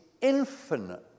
infinite